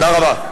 תודה רבה.